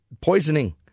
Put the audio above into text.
Poisoning